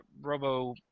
Robo